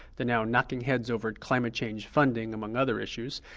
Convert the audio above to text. they're now knocking heads over climate change funding, among other issues.